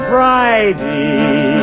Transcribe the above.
Friday